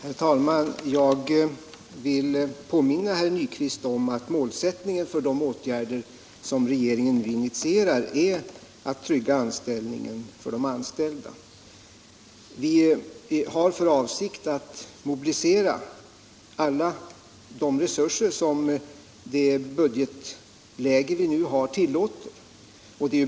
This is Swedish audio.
Herr talman! Jag vill påminna herr Nyquist om att målsättningen för de åtgärder som regeringen nu initierat är att trygga sysselsättningen för de anställda. Vi har för avsikt att mobilisera alla de resurser som det nuvarande budgetläget tillåter.